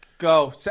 Go